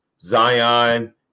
Zion –